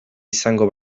izango